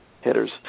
Hitters